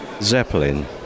zeppelin